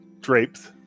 drapes